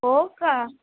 हो का